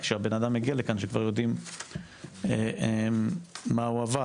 כשהבנאדם מגיע לכאן שכבר יודעים מה הוא עבר,